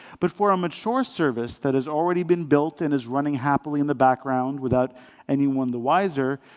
but for a mature service that has already been built and is running happily in the background, without anyone the wiser,